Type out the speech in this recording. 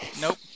Nope